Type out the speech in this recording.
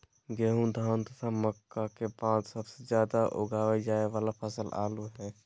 गेहूं, धान तथा मक्का के बाद सबसे ज्यादा उगाल जाय वाला फसल आलू हइ